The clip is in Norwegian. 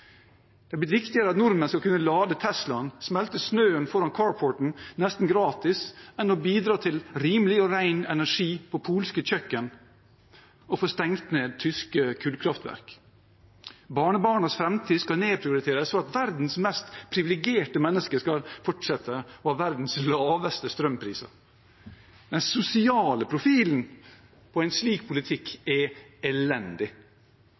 Det har blitt viktigere at nordmenn skal kunne lade Teslaen og smelte snøen foran carporten nesten gratis enn å bidra til rimelig og ren energi på polske kjøkken og å få stengt ned tyske kullkraftverk. Barnebarnas framtid skal nedprioriteres for at verdens mest privilegerte mennesker skal fortsette å ha verdens laveste strømpriser. Den sosiale profilen på en slik politikk er elendig.